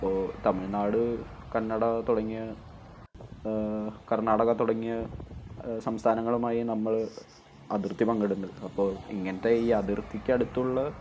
അപ്പോൾ തമിഴ്നാട് കന്നഡ തുടങ്ങിയ കർണാടക തുടങ്ങിയ സംസ്ഥാനങ്ങളുമായി നമ്മൾ അതിർത്തി പങ്കിടുന്നുണ്ട് അപ്പോൾ ഇങ്ങനത്തെ ഈ അതിർത്തിക്ക് അടുത്തുള്ള